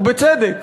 ובצדק,